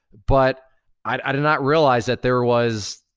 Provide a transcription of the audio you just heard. but i did not realize that there was,